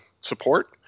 support